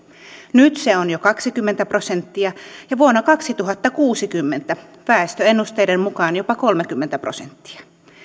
nyt se on jo kaksikymmentä prosenttia ja vuonna kaksituhattakuusikymmentä väestöennusteiden mukaan jopa kolmekymmentä prosenttia